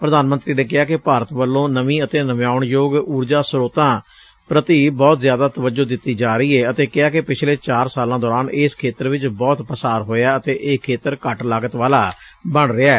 ਪ੍ਰਧਾਨ ਮੰਤਰੀ ਨੇ ਕਿਹਾ ਕਿ ਭਾਰਤ ਵੱਲੋਂ ਨਵੀਂ ਅਤੇ ਨਵਿਆਉਣਯੋਗ ਊਰਜਾ ਸਰੋਤਾਂ ਪ੍ਰਤੀ ਬਹੁਤ ਜ਼ਿਆਦਾ ਤਵੱਜੋਂ ਦਿੱਤੀ ਜਾ ਰਹੀ ਏ ਅਤੇ ਕਿਹਾ ਕਿ ਪਿਛਲੇ ਚਾਰ ਸਾਲਾਂ ਦੋਰਾਨ ਇਸ ਖੇਤਰ ਵਿਚ ਬਹੁਤ ਪਾਸਾਰਾ ਹੋਇਐ ਅਤੇ ਇਹ ਘੱਟ ਲਾਗਤ ਵਾਲਾ ਬਣ ਰਿਹੈ